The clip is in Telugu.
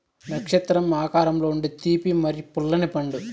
నక్షత్రం ఆకారంలో ఉండే తీపి మరియు పుల్లని పండు